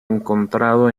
encontrado